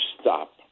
stop